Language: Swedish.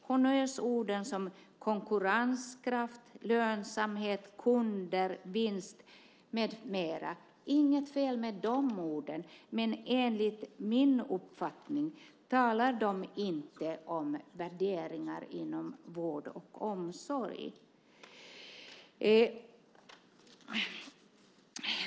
Honnörsord som konkurrenskraft, lönsamhet, kunder, vinst med mera är det inget fel på, men enligt min uppfattning talar de inte om värderingar inom vård och omsorg.